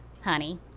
honey